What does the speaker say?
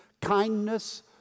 kindness